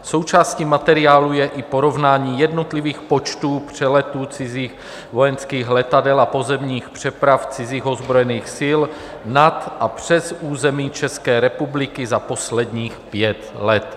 Součástí materiálu je i porovnání jednotlivých počtů přeletů cizích vojenských letadel a pozemních přeprav cizích ozbrojených sil nad a přes území České republiky za posledních pět let.